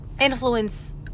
Influence